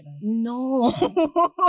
no